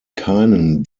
keinen